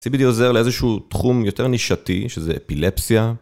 זה בדיוק עוזר לאיזשהו תחום יותר נישתי, שזה אפילפסיה.